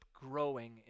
growing